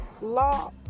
law